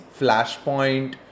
Flashpoint